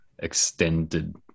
Extended